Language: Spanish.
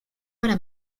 ahora